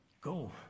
Go